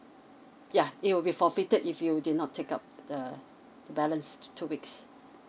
yeah it will be forfeited if you did not take up the balance two weeks